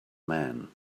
man